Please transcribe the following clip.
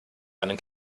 einen